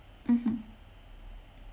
mmhmm